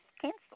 cancel